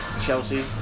Chelsea